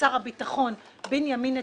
לשר הביטחון בנימין נתניהו,